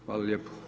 Hvala lijepo.